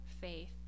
faith